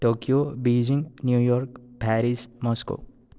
Tokyo Beijing New York Paris Moscow